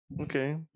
Okay